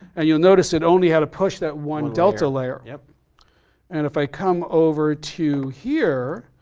and you'll notice it only had to push that one delta layer. yeah and if i come over to here,